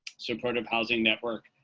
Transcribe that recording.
supportive housing network,